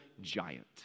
giant